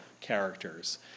characters